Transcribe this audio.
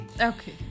Okay